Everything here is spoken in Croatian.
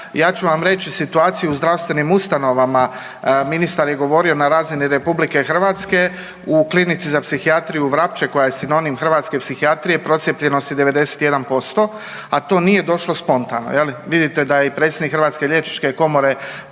Ja ću vam reći situaciju u zdravstvenim ustanovama. Ministar je govorio na razini RH u Klinici za psihijatriju Vrapče koja je sinonim hrvatske psihijatrije procijepljenost je 91%, a to nije došlo spontano je li. Vidite da je i predsjednik HLK poslao da se nakon